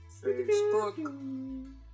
Facebook